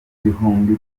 ibihumbi